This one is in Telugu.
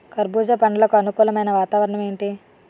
కర్బుజ పండ్లకు అనుకూలమైన వాతావరణం ఏంటి?